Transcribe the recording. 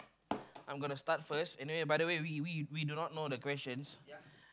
I'm gonna start first and the way by the way we we we do not know the questions